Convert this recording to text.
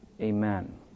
Amen